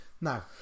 now